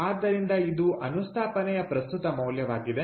ಆದ್ದರಿಂದ ಇದು ಅನುಸ್ಥಾಪನೆಯ ಪ್ರಸ್ತುತ ಮೌಲ್ಯವಾಗಿದೆ